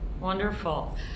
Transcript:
Wonderful